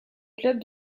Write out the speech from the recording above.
club